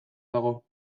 dago